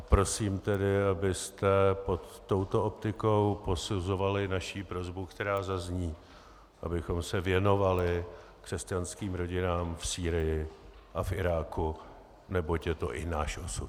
Prosím tedy, abyste pod touto optikou posuzovali naši prosbu, která zazní, abychom se věnovali křesťanským rodinám v Sýrii a v Iráku, neboť je to i náš osud.